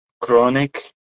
chronic